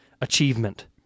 achievement